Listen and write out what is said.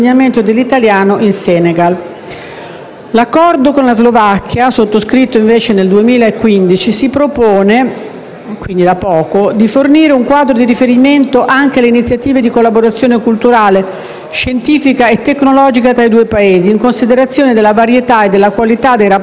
L'Accordo con la Slovacchia, sottoscritto nel luglio 2015 (quindi da poco), si propone di fornire un quadro di riferimento anche alle iniziative di collaborazione culturale, scientifica e tecnologica fra i due Paesi, in considerazione della varietà e della qualità dei rapporti bilaterali esistenti.